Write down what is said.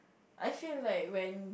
I feel like when